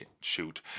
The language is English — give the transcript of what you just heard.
shoot